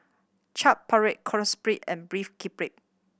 Chaat Papri Quesadillas and Beef Galbi